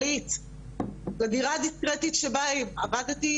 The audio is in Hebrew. לדירה הדיסקרטית שבה עבדתי,